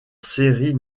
séries